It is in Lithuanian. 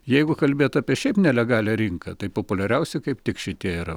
jeigu kalbėt apie šiaip nelegalią rinką tai populiariausi kaip tik šitie yra